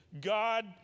God